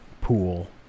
pool